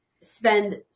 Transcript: spend